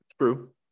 True